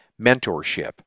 mentorship